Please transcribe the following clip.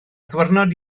ddiwrnod